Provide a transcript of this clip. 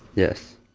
yes.